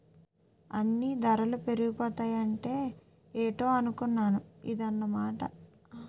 అన్నీ దరలు పెరిగిపోతాంటే ఏటో అనుకున్నాను ఇదన్నమాట